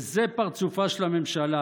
וזה פרצופה של הממשלה.